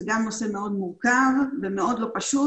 זה גם נושא מאוד מורכב ומאוד לא פשוט